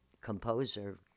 composer